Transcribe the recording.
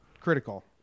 critical